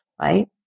right